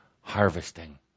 harvesting